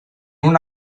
una